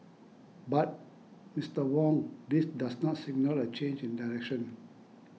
but Mister Wong this does not signal a change in direction